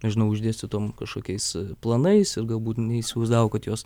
nežinau išdėstytom kažkokiais planais ir galbūt neįsivaizdavo kad juos